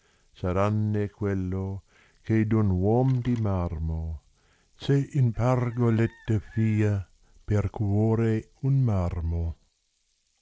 altrove saranne quello eh è d un tiom di marmo se in pargoletta a per cuore un marmo